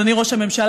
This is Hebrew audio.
אדוני ראש הממשלה,